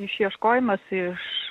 išieškojimas iš